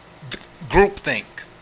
groupthink